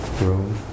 room